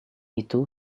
itu